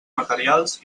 materials